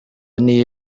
niyo